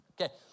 Okay